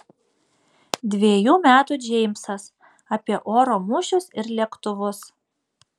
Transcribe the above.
dvejų metų džeimsas apie oro mūšius ir lėktuvus